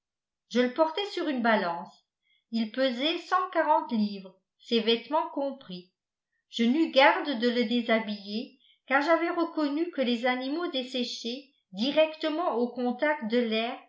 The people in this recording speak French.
je le portai sur une balance il pesait cent quarante livres ses vêtements compris je n'eus garde de le déshabiller car j'avais reconnu que les animaux desséchés directement au contact de l'air